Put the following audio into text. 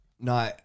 No